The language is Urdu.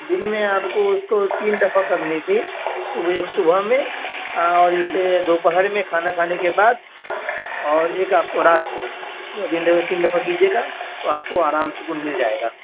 دن میں آپ کو اس کو تین دفعہ کرنی تھی صبح ایک صبح میں اور ایک دوپہر میں کھانا کھانے کے بعد اور ایک آپ کو رات کو دن دن میں تین دفعہ کیجیے گا تو آپ کو آرام سکون مل جائے گا